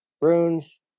runes